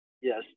yes